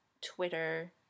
twitter